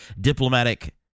Diplomatic